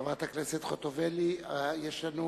חברת הכנסת חוטובלי, יש לנו